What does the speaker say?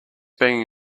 being